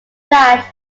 flat